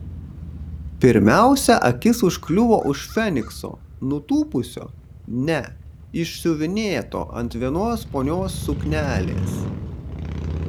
pirmiausia akis užkliuvo už fenikso nutūpusio ne išsiuvinėto ant vienos ponios suknelės